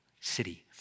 city